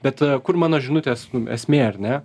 bet kur mano žinutės esmė ar ne